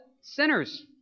Sinners